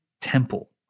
temple